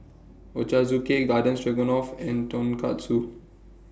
Ochazuke Garden Stroganoff and Tonkatsu